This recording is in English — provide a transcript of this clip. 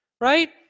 Right